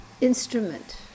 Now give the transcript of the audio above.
instrument